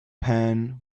pan